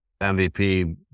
MVP